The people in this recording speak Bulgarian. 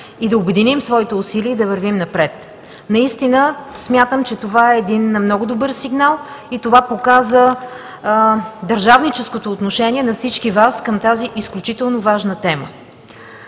да обединим своите усилия и да вървим напред. Смятам, че това наистина е много добър сигнал и показа държавническото отношение на всички Вас към тази изключително важна тема.